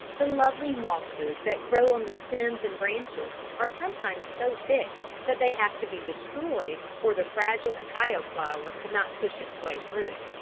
the lovely mosses that grow on the stems and branches are sometimes so thick that they have to be destroyed, or the fragile cacao flower could not push its way through.